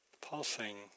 pulsing